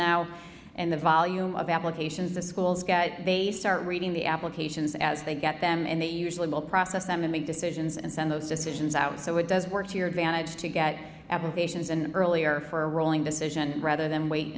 now and the volume of applications the schools get they start reading the applications as they get them and they usually will process them and make decisions and send those decisions out so it does work to your advantage to get applications in earlier for a rolling decision rather than wait